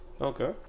Okay